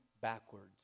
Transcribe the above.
backwards